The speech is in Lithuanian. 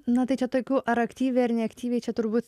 na tai čia tokių ar aktyviai ir neaktyviai čia turbūt